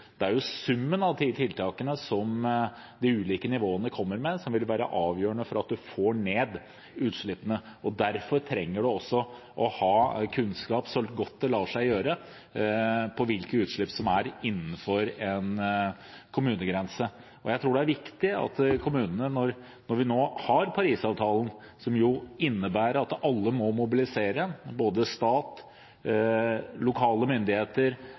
Det er summen av tiltakene de ulike nivåene kommer med, som vil være avgjørende for at vi får ned utslippene. Derfor trenger vi også å skaffe oss kunnskap, så godt det lar seg gjøre, om hvilke utslipp som er innenfor en kommunegrense. Når vi nå har Paris-avtalen, som jo innebærer at alle må mobilisere – både stat, lokale myndigheter,